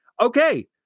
Okay